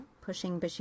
pushing